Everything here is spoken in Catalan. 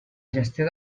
gestió